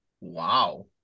Wow